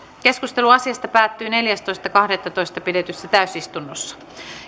keskustelu asiasta päättyi neljästoista kahdettatoista kaksituhattaviisitoista pidetyssä täysistunnossa